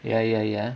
ya ya ya